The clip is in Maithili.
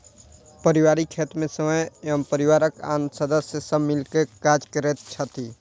पारिवारिक खेत मे स्वयं एवं परिवारक आन सदस्य सब मिल क काज करैत छथि